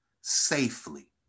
safely